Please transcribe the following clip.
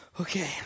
Okay